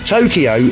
Tokyo